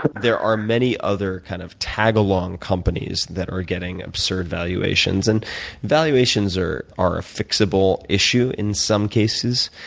there are many other kind of tagalong companies that are getting absurd valuations. and valuations are are a fixable issue in some cases.